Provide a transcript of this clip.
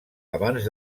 abans